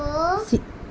coffee